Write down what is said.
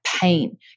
pain